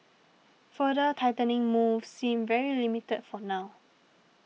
further tightening moves seem very limited for now